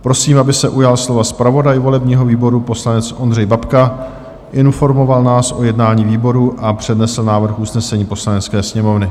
Prosím, aby se ujal slova zpravodaj volebního výboru, poslanec Ondřej Babka, informoval nás o jednání výboru a přednesl návrh usnesení Poslanecké sněmovny.